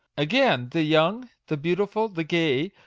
again the young, the beautiful, the gay,